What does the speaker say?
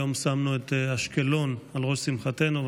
היום שמנו את אשקלון על ראש שמחתנו,